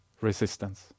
resistance